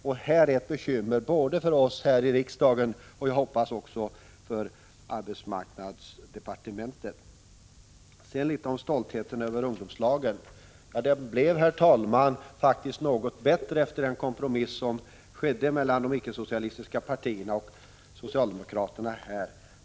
Det är ett bekymmer både för oss här i riksdagen och, hoppas jag, för arbetsmarknadsdepartementet. Sedan litet om stoltheten över ungdomslagen: Den lagstiftningen blev, herr talman, faktiskt något bättre efter den kompromiss som skedde mellan de icke-socialistiska partierna och socialdemokraterna.